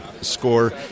score